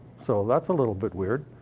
so that's a little bit weird.